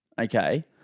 okay